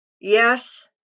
Yes